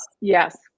Yes